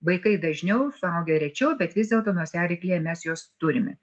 vaikai dažniau suaugę rečiau bet vis dėlto nosiaryklėje mes juos turime